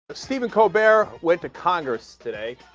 stephen colbert with the congress today